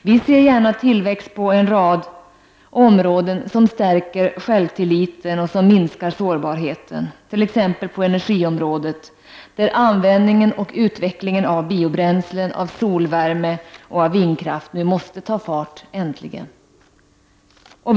Vi ser gärna tillväxt på en rad områden som stärker självtilliten och minskar sårbarheten, t.ex. på energiområdet, där användningen och utvecklingen av biobränslen, solvärme och vindkraft nu äntligen måste ta fart.